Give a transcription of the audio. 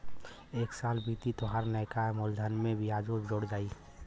एक साल बीती तोहार नैका मूलधन में बियाजो जोड़ा जाई